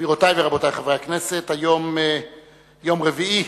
היום יום רביעי,